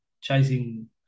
chasing